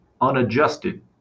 unadjusted